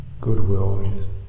goodwill